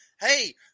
Hey